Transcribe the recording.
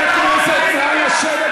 תתביישו לכם.